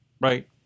Right